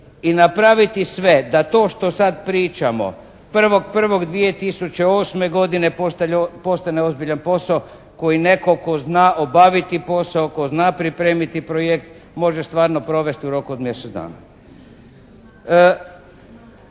i napraviti sve da to što sad pričamo, 1.1.2008. godine postane ozbiljan posao koji netko tko zna obaviti posao, tko zna pripremiti projekt, može stvarno provesti u roku od mjesec dana.